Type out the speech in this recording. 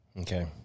Okay